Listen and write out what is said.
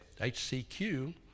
HCQ